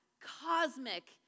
cosmic